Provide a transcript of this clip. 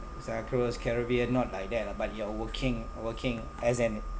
it's uh cruise carribean not like that lah but you're working working as an